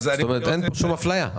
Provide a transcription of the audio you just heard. זאת אמרת, אין כאן שום אפליה.